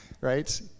right